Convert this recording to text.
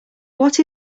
what